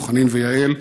או חנין ויעל.